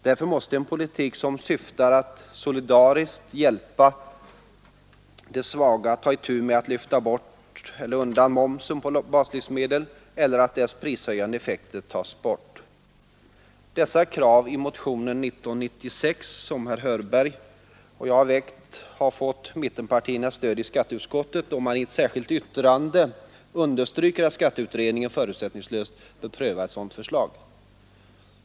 Därför måste en politik som syftar till att solidariskt hjälpa de svaga ta itu med att lyfta undan momsen på baslivsmedlen eller se till att dess prishöjande effekter tas bort. Dessa krav i motionen 1996, som herr Hörberg och jag väckt, har fått mittenpartiernas stöd i skatteutskottet, då man i ett särskilt yttrande understryker att skatteutredningen förutsättninglöst bör prö ett sådant förslag.